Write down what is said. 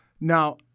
Now